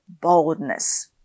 boldness